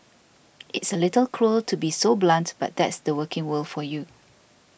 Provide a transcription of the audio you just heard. it's a little cruel to be so blunt but that's the working world for you